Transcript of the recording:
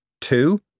two